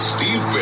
Steve